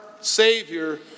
Savior